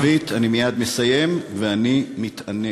ושרה שירים בערבית, אני מייד מסיים, ואני מתענג.